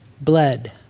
bled